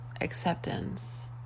acceptance